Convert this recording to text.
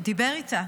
דיבר איתה